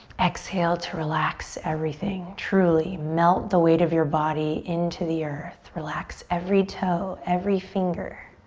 exhale to relax everything. truly melt the weight of your body into the earth. relax every toe, every finger.